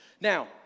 Now